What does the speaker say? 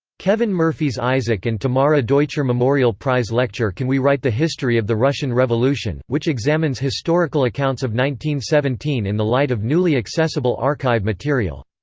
kevin murphy's isaac and tamara deutscher memorial prize lecture can we write the history of the russian revolution, which examines historical accounts of one seventeen in the light of newly accessible archive material.